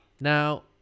Now